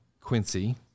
Quincy